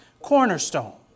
cornerstone